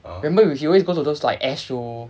remember he always go to like those air show